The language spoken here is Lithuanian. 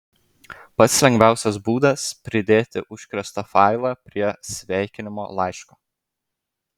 pats lengviausias būdas pridėti užkrėstą failą prie sveikinimo laiško